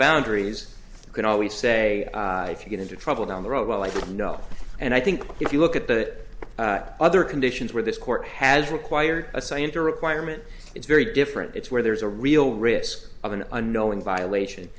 boundaries you can always say if you get into trouble down the road well i don't know and i think if you look at the other conditions where this court has required a scienter requirement it's very different it's where there is a real risk of an unknown violation